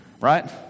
right